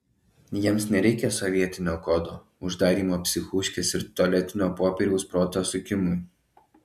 jiems nereikia sovietinio kodo uždarymo į psichuškes ir tualetinio popieriaus proto sukimui